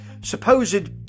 supposed